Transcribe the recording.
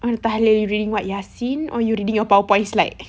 tahlil reading what yassin or you reading your powerpoint slide